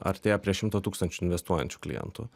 artėja prie šimto tūkstančių investuojančių klientų